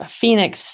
Phoenix